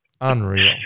Unreal